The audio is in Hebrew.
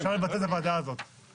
אפשר לבטל את ועדת המשנה.